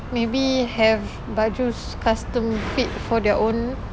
maybe have baju custom fit for their own